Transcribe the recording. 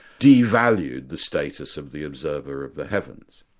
devalued the status of the observer of the heavens.